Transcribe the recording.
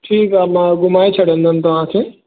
ठीकु आहे मां घुमाए छॾींदुमि तव्हांखे